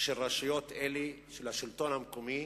של רשויות אלה, של השלטון המקומי.